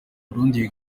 burundi